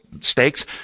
stakes